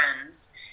friends